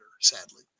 sadly